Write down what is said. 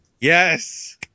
Yes